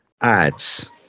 ads